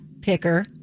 Picker